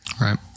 Right